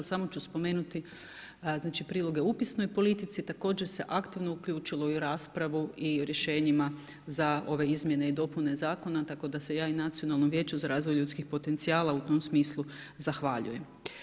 Samo ću spomenuti priloge upisnoj politici također se aktivno uključilo u raspravu i rješenjima za ove izmjene i dopune zakona tako da se ja i Nacionalnom vijeću za razvoj ljudskih potencijala u tom smislu zahvaljujem.